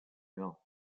l’un